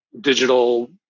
digital